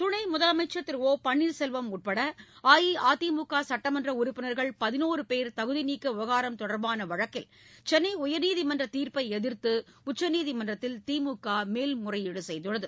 துணை முதலமைச்சர் திரு ஒ பள்ளீர் செல்வம் உட்பட அஇஅதிமுக சட்டமன்ற உறுப்பினர்கள் பதினோரு பேர் தகுதி நீக்க விவகாரம் தொடர்பான வழக்கில் சென்னை உயர்நீதிமன்ற தீர்ப்பை எதிர்த்து உச்சநீதிமன்றத்தில் திமுக மேல்முறையீடு செய்துள்ளது